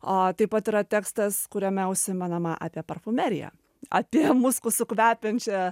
o taip pat yra tekstas kuriame užsimenama apie parfumeriją apie muskusu kvepiančią